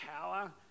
power